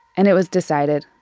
and it was decided.